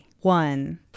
One